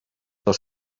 dos